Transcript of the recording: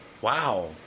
Wow